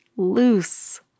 loose